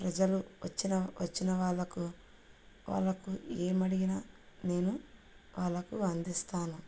ప్రజలు వచ్చిన వచ్చిన వాళ్ళకు వాళ్ళకు ఏమడిగినా నేను వాళ్ళకు అందిస్తాను